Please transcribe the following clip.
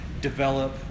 develop